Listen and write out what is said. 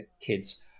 kids